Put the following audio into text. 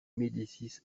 médicis